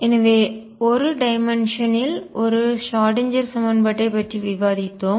எனவே 1D dimension இல் ஒரு ஷ்ராடின்ஜெர் சமன்பாட்டைப் பற்றி விவாதித்தோம்